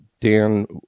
Dan